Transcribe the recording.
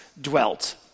dwelt